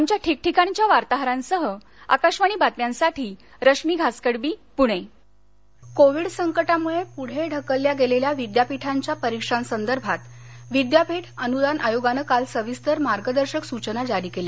आमच्या ठिक ठिकाणच्या वार्ताहरांसह आकाशवाणी बातम्यांसाठी रश्मी घासकडबी पुणे विद्यापीठ परिक्षा कोविड संकटामुळे पुढे ढकलल्या गेलेल्या विद्यापीठांच्या परीक्षांसंदर्भात विद्यापीठ अनुदान आयोगानं काल सविस्तर मार्गदर्शक सूचना जारी केल्या